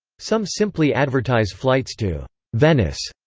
some simply advertise flights to venice,